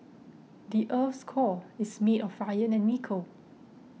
the earth's core is made of iron and nickel